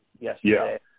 yesterday